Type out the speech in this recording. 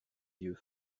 yeux